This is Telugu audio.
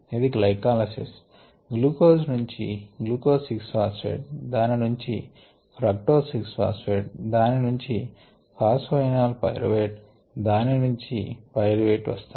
ఇది గ్లైకాలసిస్ గ్లూకోజ్ నుంచి గ్లూకోజ్ 6 ఫాస్ఫెట్ దాని నుంచి ఫ్రక్టోజ్ 6 ఫాస్ఫెట్ దాని నుంచి ఫాస్ఫ ఇనాల్ పైరువేట్ దాని నుంచి పైరువేట్ వస్తాయి